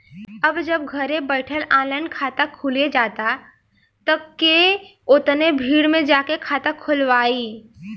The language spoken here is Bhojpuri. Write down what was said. अब जब घरे बइठल ऑनलाइन खाता खुलिये जाता त के ओतना भीड़ में जाके खाता खोलवाइ